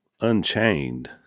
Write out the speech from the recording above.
Unchained